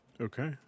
Okay